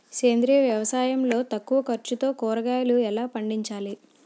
సేంద్రీయ వ్యవసాయం లో తక్కువ ఖర్చుతో కూరగాయలు ఎలా పండించాలి?